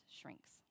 shrinks